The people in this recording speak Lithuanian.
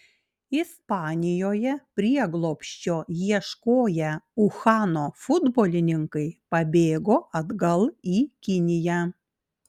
ispanijoje prieglobsčio ieškoję uhano futbolininkai pabėgo atgal į kiniją